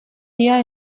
día